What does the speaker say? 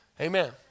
Amen